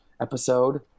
episode